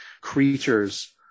creatures